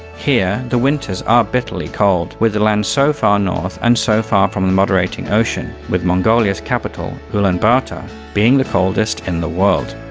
here the winters are bitterly cold, with the land so far north and so far from the moderating ocean, with mongolia's capital, ulaanbaatar, being the coldest in the world.